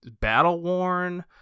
battle-worn